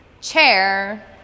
Chair